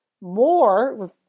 more